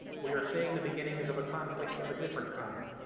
we are seeing the beginnings of a conflict of a different kind,